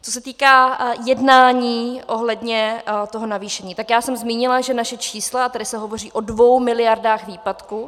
Co se týká jednání ohledně toho navýšení, tak jsem zmínila, že naše čísla tady se hovoří o 2 miliardách výpadku.